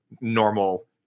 normal